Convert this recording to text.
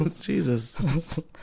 Jesus